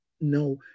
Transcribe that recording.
no